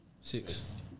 six